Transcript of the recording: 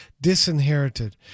disinherited